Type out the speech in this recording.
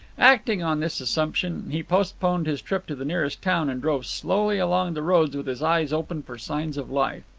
acting on this assumption, he postponed his trip to the nearest town and drove slowly along the roads with his eyes open for signs of life.